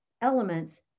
elements